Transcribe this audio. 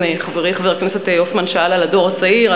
אם חברי חבר הכנסת הופמן שאל על הדור הצעיר,